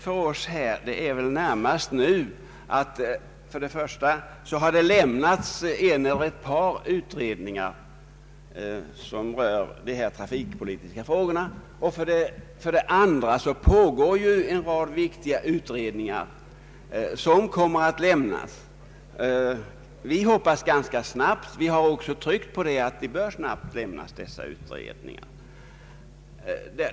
För oss har närmast varit avgörande att för det första en eller ett par utredningar som rör dessa trafikpolitiska frågor har lämnat resultaten av sina arbeten och att för det andra en rad viktiga utredningar pågår och snart kommer att framlägga sina resultat.